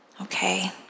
okay